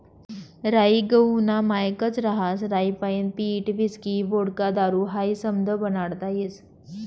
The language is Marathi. राई गहूना मायेकच रहास राईपाईन पीठ व्हिस्की व्होडका दारू हायी समधं बनाडता येस